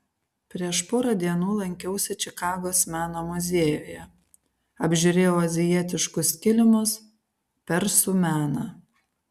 prieš porą dienų lankiausi čikagos meno muziejuje apžiūrėjau azijietiškus kilimus persų meną